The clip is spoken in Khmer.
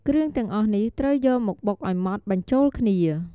គ្រឿងទាំងអស់នេះត្រូវយកមកបុកឱ្យម៉ត់បញ្ចូលគ្នា។